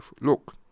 look